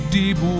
deep